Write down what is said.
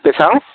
बेसेबां